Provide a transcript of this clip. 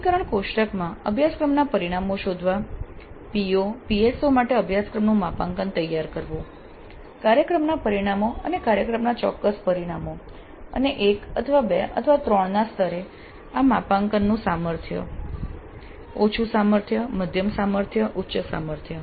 વર્ગીકરણ કોષ્ટકમાં અભ્યાસક્રમના પરિણામો શોધવા POPSO માટે અભ્યાસક્રમનું માપાંકન તૈયાર કરવું કાર્યક્રમના પરિણામો અને કાર્યક્રમ ચોક્કસ પરિણામો અને 1 અથવા 2 અથવા 3 ના સ્તરે આ માપાંકનનું સામર્થ્ય ઓછું સામર્થ્ય મધ્યમ સામર્થ્ય ઉચ્ચ સામર્થ્ય